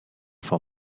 for